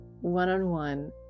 one-on-one